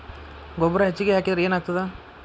ಗೊಬ್ಬರ ಹೆಚ್ಚಿಗೆ ಹಾಕಿದರೆ ಏನಾಗ್ತದ?